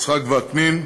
יצחק וקנין,